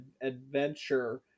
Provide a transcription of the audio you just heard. adventure